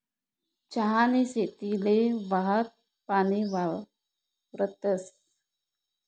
चहानी शेतीले वाहतं पानी वापरतस